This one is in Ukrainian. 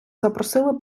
запросили